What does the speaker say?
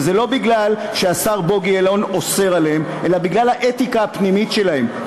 וזה לא כי השר בוגי יעלון אוסר עליהם אלא בגלל האתיקה הפנימית שלהם.